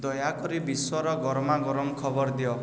ଦୟାକରି ବିଶ୍ୱର ଗରମା ଗରମ ଖବର ଦିଅ